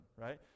right